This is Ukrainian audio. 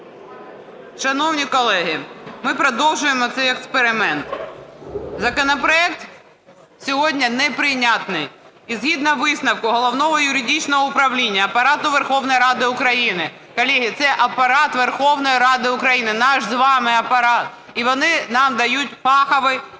Шановні колеги, ми продовжуємо цей експеримент. Законопроект сьогодні неприйнятний. І згідно висновку Головного юридичного управління Апарату Верховної Ради України… Колеги, це Апарат Верховної Ради України, наш з вами Апарат. І вони нам дають фахові